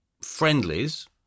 friendlies